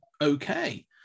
okay